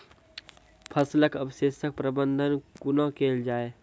फसलक अवशेषक प्रबंधन कूना केल जाये?